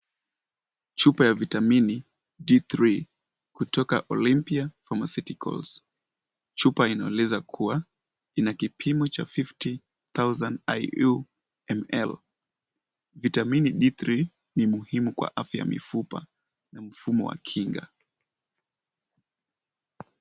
Chupa ya vitamini, D3, kutoka Olimpia Pharmaceuticals. Chupa inaeleza kuwa, inakipimo cha 50,000 IU/ml. Vitamini D3 ni muhimu kwa afya mifupa. Na mfumo wa kinga.